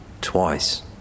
twice